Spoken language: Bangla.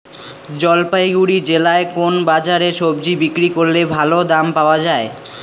জলপাইগুড়ি জেলায় কোন বাজারে সবজি বিক্রি করলে ভালো দাম পাওয়া যায়?